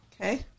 Okay